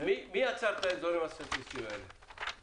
מי יצר את האזורים הסטטיסטיים האלה?